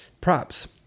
props